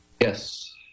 yes